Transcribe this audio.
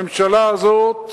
הממשלה הזאת,